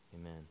Amen